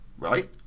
Right